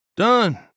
Done